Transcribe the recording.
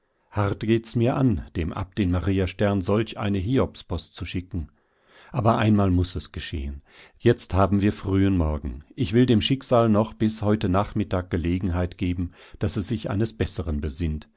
hart geht's mir an dem abt in maria stern solch eine hiobspost zu schicken aber einmal muß es geschehen jetzt haben wir frühen morgen ich will dem schicksal noch bis heute nachmittag gelegenheit geben daß es sich eines besseren besinnt